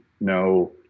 no